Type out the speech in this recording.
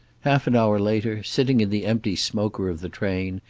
half an hour later, sitting in the empty smoker of the train,